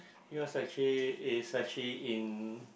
it was actually is actually in